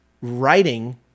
writing